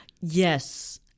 Yes